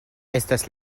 estas